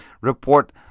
report